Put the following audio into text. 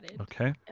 okay